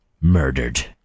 murdered